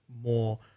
more